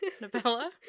novella